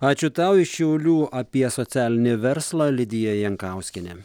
ačiū tau iš šiaulių apie socialinį verslą lidija jankauskienė